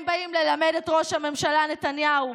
הם באים ללמד את ראש הממשלה נתניהו,